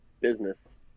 business